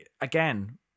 again